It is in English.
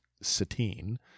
Satine